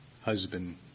husband